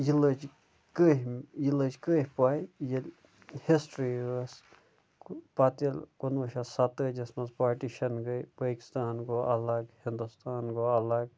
یہِ لٔج کٔہۍ یہِ لٔج کٔہۍ پَے ییٚلہِ ہِسٹِرٛی ٲس پَتہٕ ییٚلہِ کُنوُہ شَتھ سَتتٲجی یَس منٛز پاٹِشَن گٔے پٲکِستان گوٚو اَلَگ ہِنٛدوستان گوٚو اَلَگ